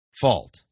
fault